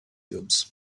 cubes